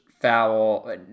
foul